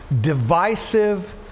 divisive